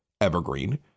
Evergreen